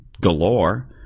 galore